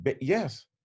Yes